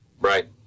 Right